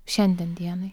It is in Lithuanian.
šiandien dienai